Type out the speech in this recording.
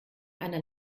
einer